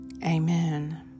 Amen